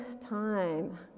time